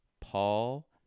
Paul